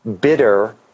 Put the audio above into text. bitter